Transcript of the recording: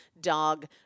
dog